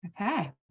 Okay